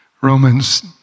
Romans